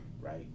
Right